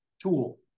tool